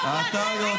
לא, ואתה לא?